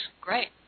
Great